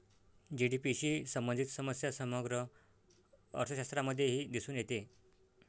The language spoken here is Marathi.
जी.डी.पी शी संबंधित समस्या समग्र अर्थशास्त्रामध्येही दिसून येते